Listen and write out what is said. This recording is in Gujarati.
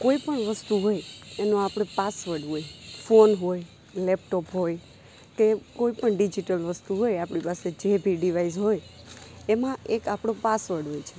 કોઈપણ વસ્તુ હોય એનો આપણે પાસવર્ડ હોય ફોન હોય લેપટોપ હોય કે કોઈપણ ડિજિટલ વસ્તુ હોય આપણી પાસે જે તે ડિવાઇસ હોય એમાં એક આપણો પાસવર્ડ હોય છે